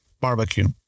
barbecue